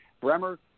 Bremer